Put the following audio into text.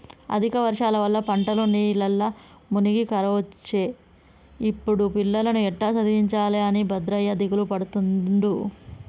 అధిక వర్షాల వల్ల పంటలు నీళ్లల్ల మునిగి కరువొచ్చే గిప్పుడు పిల్లలను ఎట్టా చదివించాలె అని భద్రయ్య దిగులుపడుతుండు